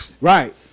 Right